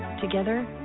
together